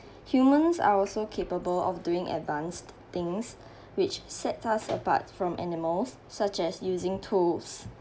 humans are also capable of doing advanced things which sets us apart from animals such as using tools